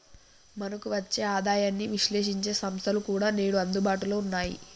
మనకు వచ్చే ఆదాయాన్ని విశ్లేశించే సంస్థలు కూడా నేడు అందుబాటులో ఉన్నాయి